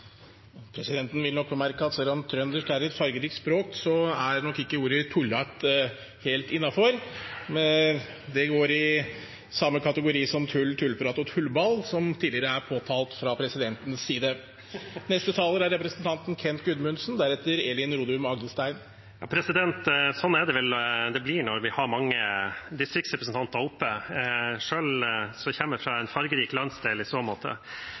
Presidenten vil nok bemerke at selv om trøndersk er et fargerikt språk, er nok ikke ordet «tullat» helt innenfor. Det er i samme kategori som «tull», «tullprat» og «tullball», som tidligere er påtalt fra presidentens side. Sånn blir det vel når vi har mange distriktsrepresentanter oppe på talerstolen! Selv kommer jeg fra en fargerik landsdel i så måte,